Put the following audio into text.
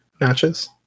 matches